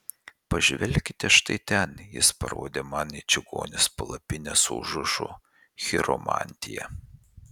pažvelkite štai ten jis parodė man į čigonės palapinę su užrašu chiromantija